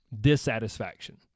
dissatisfaction